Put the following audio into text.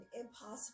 impossible